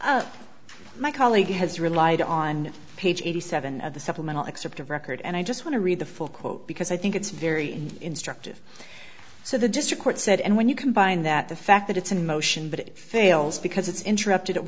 you my colleague has relied on page eighty seven of the supplemental excerpt of record and i just want to read the full quote because i think it's very instructive so the district court said and when you combine that the fact that it's in motion but it fails because it's interrupted